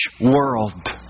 world